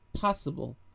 possible